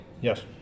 Yes